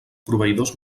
proveïdors